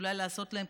אולי לעשות לו קניות,